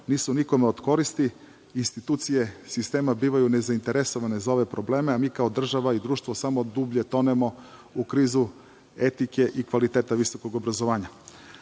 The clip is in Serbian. nisu nikome od koristi, institucije sistema bivaju nezainteresovane za ove probleme, a mi kao država i društvo samo dublje tonemo u krizu etike i kvaliteta visokog obrazovanja. Podsetiću